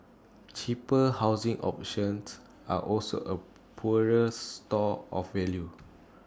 cheaper housing options are also A poorer store of value